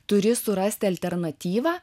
turi surasti alternatyvą